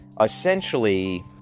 essentially